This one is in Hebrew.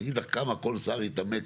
להגיד לך כמה כל שר התעמק?